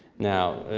now,